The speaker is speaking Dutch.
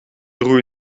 droeg